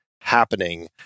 happening—